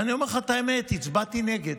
ואני אומר לך את האמת, הצבעתי נגד,